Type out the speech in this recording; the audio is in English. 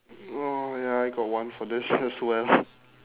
oh ya I got one for this as well